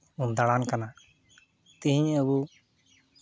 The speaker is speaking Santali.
ᱵᱚᱱ ᱫᱟᱬᱟᱱ ᱠᱟᱱᱟ ᱛᱤᱦᱤᱧ ᱟᱵᱚ